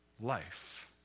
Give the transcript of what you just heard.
life